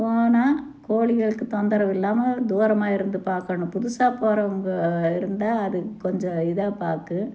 போனால் கோழிகளுக்குத் தொந்தரவு இல்லாமல் தூரமாக இருந்து பார்க்கணும் புதுசாக போகிறவுங்க இருந்தால் அது கொஞ்சம் இதாப் பார்க்கும்